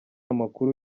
amakuru